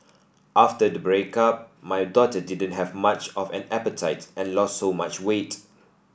after the breakup my daughter didn't have much of an appetite and lost so much weight